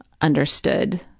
understood